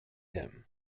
him